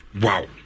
Wow